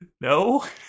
No